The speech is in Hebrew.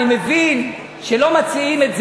תיאמנו שאנחנו לא הולכים.